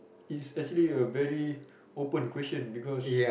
is actually a very open question because